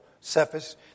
Cephas